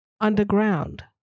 Underground